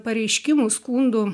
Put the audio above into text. pareiškimų skundų